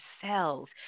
cells